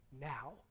now